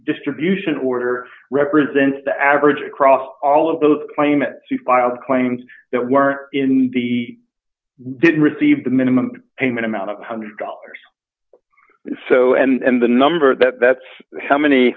distribution order represents the average across all of those claim that she filed claims that were in the didn't receive the minimum payment amount of one hundred dollars so and the number that that's how many